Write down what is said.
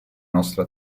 nostre